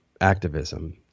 activism